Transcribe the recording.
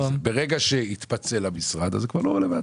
ברגע שהתפצל המשרד אז זה כבר לא רלוונטי.